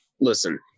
Listen